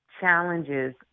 challenges